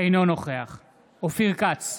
אינו נוכח אופיר כץ,